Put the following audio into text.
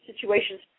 situations